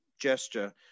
gesture